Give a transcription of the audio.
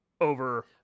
Over